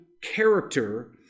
character